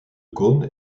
cône